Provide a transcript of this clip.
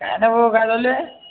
काही नाही भाऊ काय चालू आहे